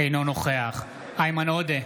אינו נוכח איימן עודה,